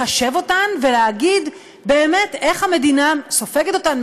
לחשב אותן ולהגיד באמת איך המדינה סופגת אותן,